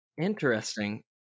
Interesting